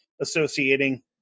associating